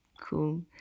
Cool